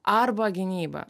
arba gynyba